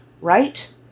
Right